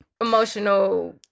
emotional